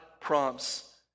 prompts